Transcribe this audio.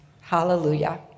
Hallelujah